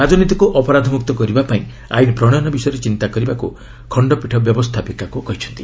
ରାଜନୀତିକୁ ଅପରାଧମୁକ୍ତ କରିବା ପାଇଁ ଆଇନ୍ ପ୍ରଶୟନ ବିଷୟରେ ଚିନ୍ତା କରିବାକୁ ଖଣ୍ଡପୀଠ ବ୍ୟବସ୍ଥାପିକାକୁ କହିଛନ୍ତି